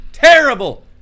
Terrible